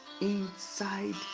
inside